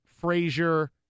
frazier